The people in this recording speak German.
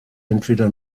entweder